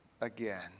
again